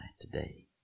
today